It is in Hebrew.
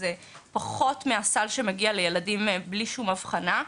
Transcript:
זה פחות מהסל שמגיע לילדים בלי שום אבחנה,